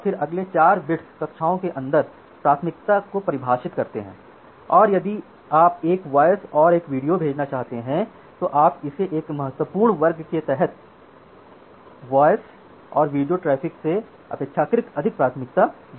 फिर अगले 4 बिट्स कक्षाओं के अंदर प्राथमिकता को परिभाषित करते है यदि आप एक साथ वॉयस और वीडियो को भेजना चाहते हैं तो आप इसे इस महत्वपूर्ण वर्ग के तहत वॉयस को वीडियो ट्रैफ़िक से अपेक्षाकृत अधिक प्राथमिकता दे सकते हैं